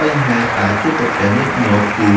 បញ្ហាដែលជួបប្រទះញឹកញាប់ គឺ